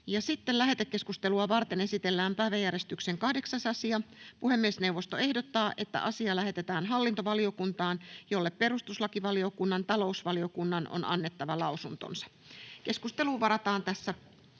Lähetekeskustelua varten esitellään päiväjärjestyksen 8. asia. Puhemiesneuvosto ehdottaa, että asia lähetetään hallintovaliokuntaan, jolle perustuslakivaliokunnan ja talousvaliokunnan on annettava lausuntonsa. Keskusteluun varataan tässä